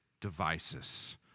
devices